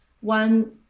One